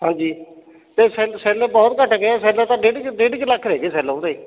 ਹਾਂਜੀ ਅਤੇ cell cell ਬਹੁਤ ਘੱਟ ਗਏ ਆ ਸੈੱਲ ਤਾਂ ਡੇਢ ਕੁ ਡੇਢ ਕੁ ਲੱਖ ਰਹਿ ਗਏ ਸੈੱਲ ਉਹਦੇ